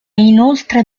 inoltre